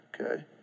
okay